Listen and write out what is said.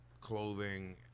clothing